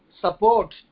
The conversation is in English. support